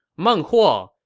meng huo,